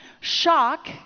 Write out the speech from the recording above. shock